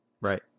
Right